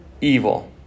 evil